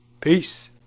Peace